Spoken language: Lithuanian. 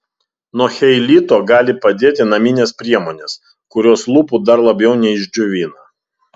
nuo cheilito gali padėti naminės priemonės kurios lūpų dar labiau neišdžiovina